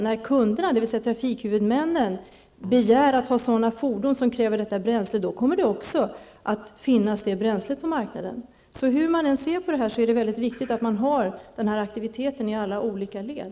När kunderna, dvs. trafikhuvudmännen, fordrar att kunna ha fordon som kräver detta bränsle, kommer också det bränslet att finnas på marknaden. Hur man än ser på det här är det alltså viktigt med aktivitet i alla olika led.